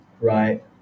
right